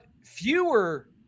fewer